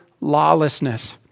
lawlessness